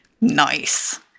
Nice